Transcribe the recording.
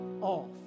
off